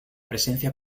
presencia